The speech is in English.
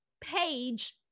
Page